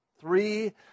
Three